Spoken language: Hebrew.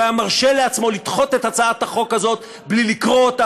לא היה מרשה לעצמו לדחות את הצעת החוק הזאת בלי לקרוא אותה,